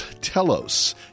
Telos